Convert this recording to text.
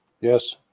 Yes